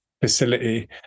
facility